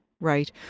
Right